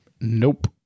Nope